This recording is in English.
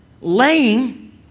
laying